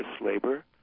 labor